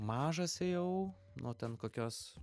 mažas ėjau nuo ten kokios